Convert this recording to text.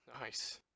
Nice